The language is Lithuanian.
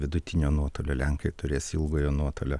vidutinio nuotolio lenkai turės ilgojo nuotolio